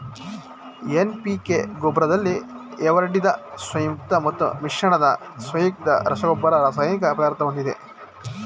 NPK ಗೊಬ್ರದಲ್ಲಿ ಎರಡ್ವಿದ ಸಂಯುಕ್ತ ಮತ್ತು ಮಿಶ್ರಣ ಸಂಯುಕ್ತ ರಸಗೊಬ್ಬರ ರಾಸಾಯನಿಕ ಪದಾರ್ಥ ಹೊಂದಿದೆ